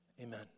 amen